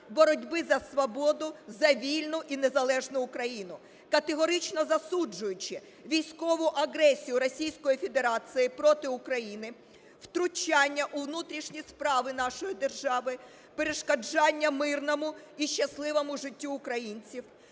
боротьби за свободу, за вільну і незалежну Україну, категорично засуджуючи військову агресію Російської Федерації проти України, втручання у внутрішні справи нашої держави, перешкоджання мирному і щасливому життю українців,